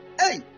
hey